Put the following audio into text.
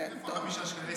איפה 5 שקלים?